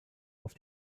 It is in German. auf